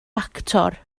actor